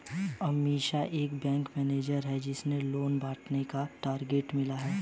अमीषा एक bank manager है जिसे लोन बांटने का टारगेट मिला